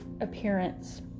appearance